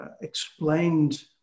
explained